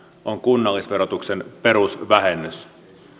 on kunnallisverotuksen perusvähennys